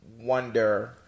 Wonder